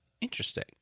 Interesting